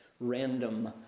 random